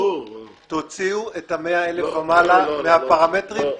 תוציאו את ה-100 אלף ומעלה מהפרמטרים,